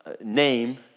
Name